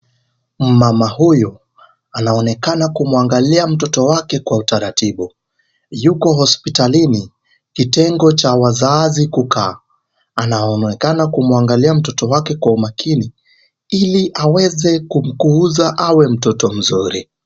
Mmama huyo, anaonekana kumwangalia mtoto wake kwa utaratibu. Yuko hospitalini, kitengo cha wazazi kukaa. Anaonekana kumwangalia mtoto wake kwa umakini, ili aweze kumkuza awe mtoto mzuri.